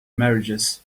marriages